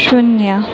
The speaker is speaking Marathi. शून्य